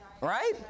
Right